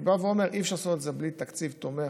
אני בא ואומר: אי-אפשר לעשות את זה בלי תקציב תומך,